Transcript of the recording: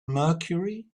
mercury